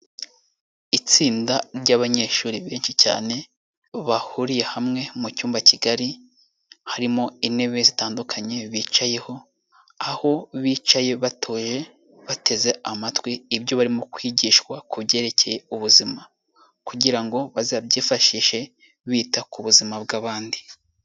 Itsinda ry'abanyeshuri benshi cyane, bahuriye hamwe mu cyumba kigari, harimo intebe zitandukanye bicayeho, aho bicaye, batoye, bateze amatwi ibyo barimo kwigishwa ku byerekeye ubuzima kugira ngo bazabyifashishe bita ku buzima bw'abandi.